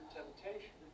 temptation